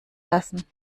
lassen